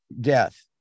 death